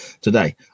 today